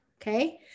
Okay